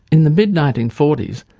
in the mid nineteen forty s,